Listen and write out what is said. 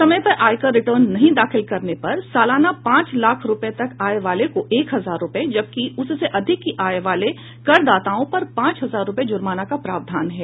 समय पर आयकर रिटर्न नहीं दाखिल करने पर सालाना पांच लाख रूपये तक आय वाले को एक हजार रूपये जबकि उससे अधिक की आय वाले कर दाताओं पर पांच हजार रूपये जुर्माने का प्रावधान है